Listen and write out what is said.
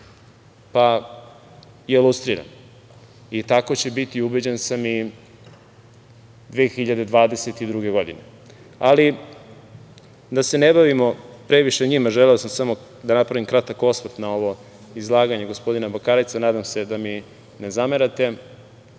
je lustriran i tako će biti, ubeđen sam i 2022. godine. Da se ne bavimo previše njima, želeo sam samo da napravim kratak osvrt na ovo izlaganje gospodina Bakareca, nadam se da mi ne zamerate. Gospodine